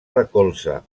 recolza